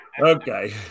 Okay